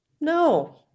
No